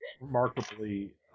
remarkably